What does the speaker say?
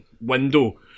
window